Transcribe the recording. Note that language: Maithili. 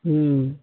हूँ